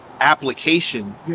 application